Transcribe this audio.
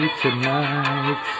tonight